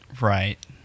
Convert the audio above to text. Right